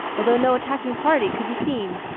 although no attacking party could be seen.